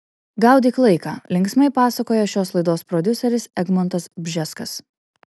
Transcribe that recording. gaudyk laiką linksmai pasakoja šios laidos prodiuseris egmontas bžeskas